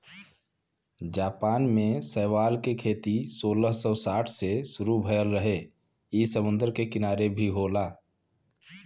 Japan में शैवाल के खेती सोलह सौ साठ से शुरू भयल रहे इ समुंदर के किनारे भी होला